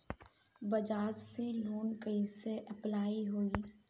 बज़ाज़ से लोन कइसे अप्लाई होई?